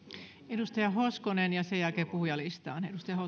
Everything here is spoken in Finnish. edustaja hoskonen ja sen jälkeen puhujalistaan